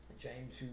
James